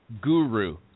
Guru